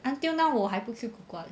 until now 还不吃苦瓜 leh